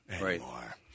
anymore